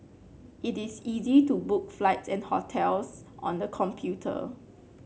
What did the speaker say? it is easy to book flights and hotels on the computer